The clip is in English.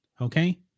okay